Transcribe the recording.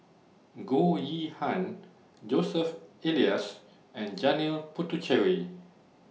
Goh Yihan Joseph Elias and Janil Puthucheary